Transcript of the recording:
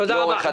תודה רבה.